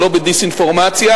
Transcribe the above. ולא בדיסאינפורמציה.